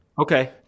Okay